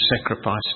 sacrifice